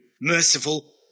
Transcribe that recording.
merciful